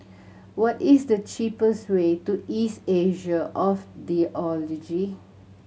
what is the cheapest way to East Asia of Theology